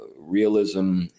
realism